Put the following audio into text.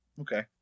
Okay